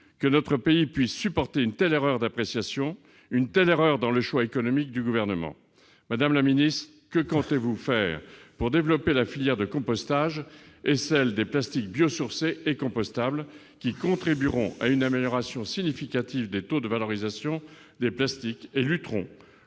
que notre pays puisse supporter une telle erreur d'appréciation, une telle erreur dans le choix économiques du gouvernement, madame la ministre, que comptez-vous faire pour développer la filière de compostage et celle des plastiques bio-sourcées est compostable qui contribueront à une amélioration significative des taux de valorisation des plastiques elles lutteront